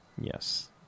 Yes